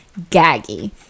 Gaggy